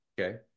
Okay